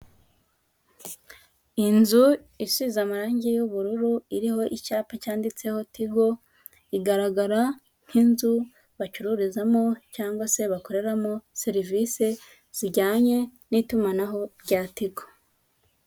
Inzu isize amarangi y'ubururu iriho icyapa cyanditseho Tigo, igaragara nk'inzu bacururizamo cyangwa se bakoreramo serivisi zijyanye n'itumanaho rya Tigo.